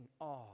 awe